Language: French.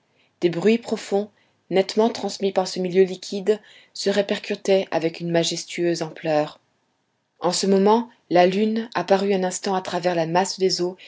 des bruits profonds nettement transmis par ce milieu liquide se répercutaient avec une majestueuse ampleur en ce moment la lune apparut un instant à travers la masse des eaux